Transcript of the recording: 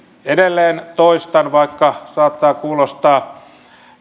edelleen toistan vaikka saattaa kuulostaa